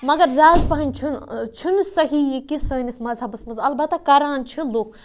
مگر زیادٕ پَہَن چھِنہٕ چھُنہٕ صحیح یہِ کہِ سٲنِس مذہَبَس منٛز البتہ کَران چھِ لُکھ